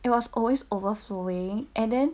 it was always overflowing and then